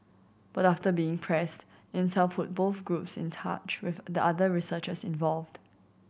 but after being pressed Intel put both groups in touch with the other researchers involved